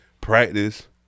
practice